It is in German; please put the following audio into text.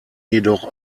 jedoch